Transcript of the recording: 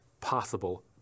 possible